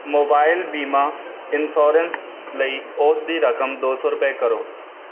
mobile ਬੀਮਾ insurance ਲਈ ਉਸ ਦੀ ਰਕਮ ਦੋ ਸੌ ਰੁਪਏ ਕਰੋ